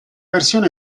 versione